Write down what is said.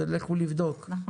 זה לכו לבדוק עד הפגישה הבאה.